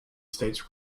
states